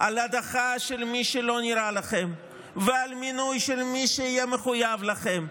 על הדחה של מי שלא נראה לכם ועל מינוי של מי שיהיה מחויב לכם.